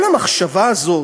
כל המחשבה הזאת,